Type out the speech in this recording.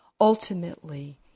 Ultimately